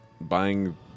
buying